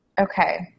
Okay